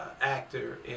actor